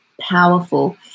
powerful